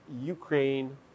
Ukraine